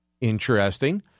Interesting